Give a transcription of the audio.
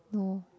no